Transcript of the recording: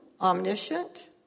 omniscient